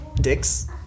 Dicks